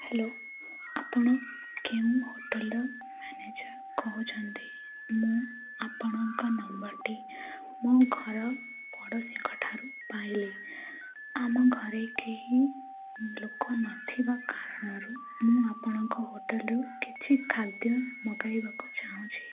hello ଆପଣ କେଉଁ ହୋଟେଲର ମ୍ୟାନେଜର କହୁଛନ୍ତି ମୁଁ ଆପଣଙ୍କ ନମ୍ବରଟି ମୋ ଘର ପଡ଼ୋଶୀଙ୍କଠାରୁ ପାଇଲି ଆମ ଘରେ କେହି ଲୋକ ନଥିବା କାରଣରୁ ମୁଁ ଆପଣଙ୍କ ହୋଟେଲରୁ କିଛି ଖାଦ୍ୟ ମଗାଇବାକୁ ଚାହୁଁଛି